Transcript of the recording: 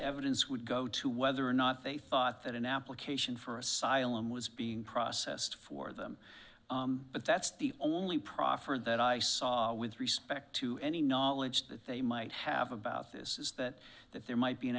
evidence would go to whether or not they thought that an application for asylum was being processed for them but that's the only proffer that i saw with respect to any knowledge that they might have about this is that that there might be an